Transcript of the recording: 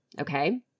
okay